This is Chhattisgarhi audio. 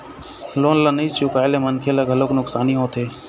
लोन ल नइ चुकाए ले मनखे ल घलोक नुकसानी होथे